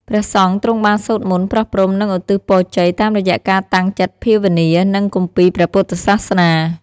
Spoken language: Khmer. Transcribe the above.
ព្រះសង្ឃទ្រង់បាន សូត្រមន្ត ប្រោះព្រំ និងឧទ្ទិសពរជ័យ តាមរយៈការតាំងចិត្តភាវនា និងគម្ពីរព្រះពុទ្ធសាសនា។